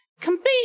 compete